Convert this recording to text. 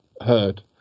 heard